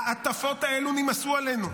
ההטפות האלה נמאסו עלינו.